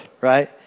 right